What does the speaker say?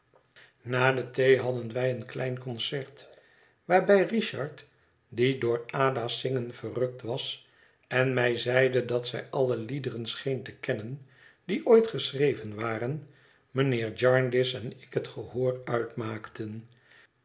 na de thee hadden wij een klein concert waarbij richard die door ada's zingen verrukt was en mij zeide dat zij alle liederen scheen te kennen die ooit geschreven waren mijnheer jarndyce en ik het gehoor uitmaakten